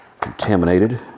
contaminated